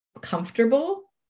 comfortable